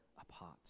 apart